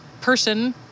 person